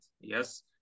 Yes